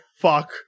Fuck